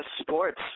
Sports